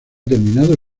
terminado